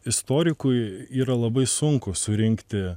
istorikui yra labai sunku surinkti